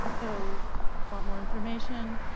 so want more information?